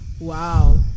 Wow